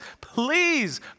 please